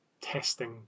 testing